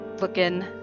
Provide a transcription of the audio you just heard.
looking